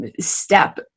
step